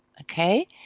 okay